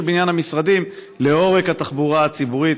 בניין המשרדים לעורק התחבורה הציבורית.